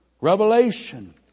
Revelation